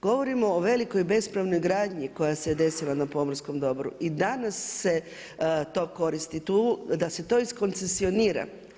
Govorimo o velikoj bespravnoj gradnji koja se desila na pomorskom dobru, i danas se to koristi tu, da se to iskoncesionira.